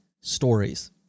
stories